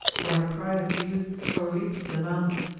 or in the pride of youth o'erleaps the mounds,